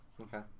Okay